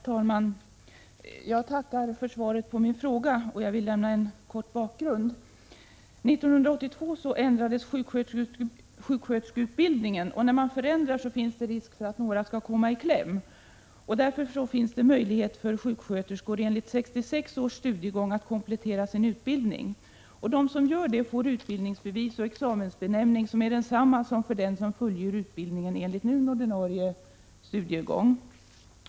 Herr talman! Jag tackar för svaret på min fråga. Jag vill lämna en kort bakgrund till den. År 1982 ändrades sjuksköterskeutbildningen. När man förändrar finns det risk för att några kommer i kläm. Därför finns det en möjlighet för sjuksköterskor enligt 1966 års studiegång att komplettera sin utbildning. De som gör det får ett utbildningsbevis och en examensbenämning som är densamma som för den som fullgör utbildning enligt nu ordinarie studiegång.